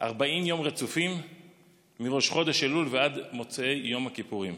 40 יום רצופים מראש חודש אלול ועד מוצאי יום הכיפורים.